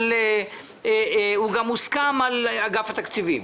אגף התקציבים.